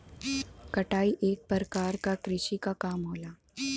कटाई एक परकार क कृषि क काम होला